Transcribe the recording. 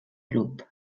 club